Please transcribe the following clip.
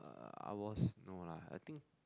I was no lah I think